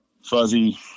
fuzzy